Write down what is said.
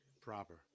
proper